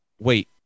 wait